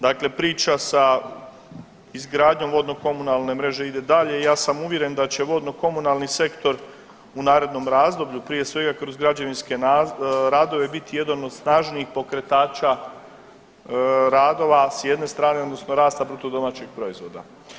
Dakle, priča sa izgradnjom vodno-komunalne mreže ide dalje i ja sam uvjeren da će vodno-komunalni sektor u narednom razdoblju prije svega kroz građevinske radove biti jedan od snažnijih pokretača radova s jedne strane, odnosno rasta bruto domaćeg proizvoda.